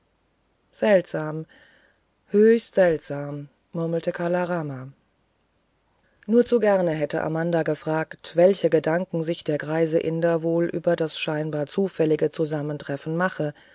seltsam höchst seltsam murmelte kala rama nur zu gerne hätte amanda gefragt welche gedanken sich der greise inder wohl über das scheinbar zufällige zusammentreffen mache